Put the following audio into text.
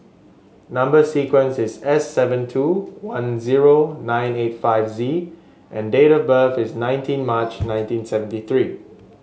number sequence is S seven two one zero nine eight five Z and date of birth is nineteen March nineteen seventy three